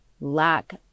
lack